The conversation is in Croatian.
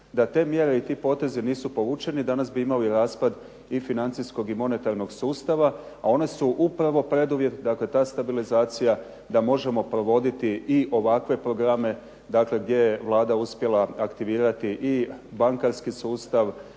Da te mjere i ti potezi nisu povućeni danas bi imali raspad i financijskog i monetarnog sustava, a one su upravo preduvjet, dakle ta stabilizacija da možemo provoditi i ovakve programe dakle gdje je Vlada uspjela aktivirati i bankarski sustav